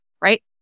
right